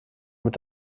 mit